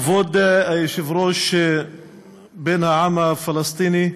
כבוד היושב-ראש בן העם הפלסטיני,